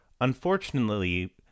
unfortunately